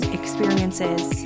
experiences